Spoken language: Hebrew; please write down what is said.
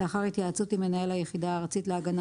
לאחר התייעצות עם מנהל היחידה הארצית להגנה